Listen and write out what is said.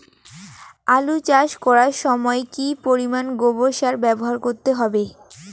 আলু চাষ করার সময় কি পরিমাণ গোবর সার ব্যবহার করতে হবে?